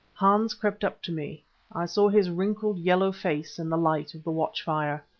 hans crept up to me i saw his wrinkled, yellow face in the light of the watch-fire.